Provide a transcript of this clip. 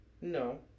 No